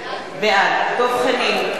בעד דב חנין,